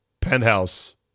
Penthouse